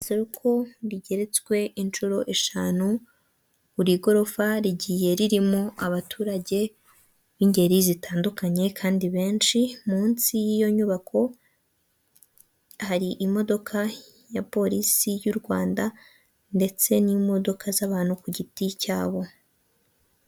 Isoko rigeretswe inshuro eshanu, buri gorofa rigiye ririmo abaturage b'ingeri zitandukanye kandi benshi, munsi y'iyo nyubako hari imodoka ya polisi y'u Rwanda ndetse n'imodoka z'abantu ku giti cyabo.